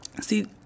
See